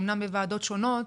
אמנם בוועדות שונות,